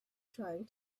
trying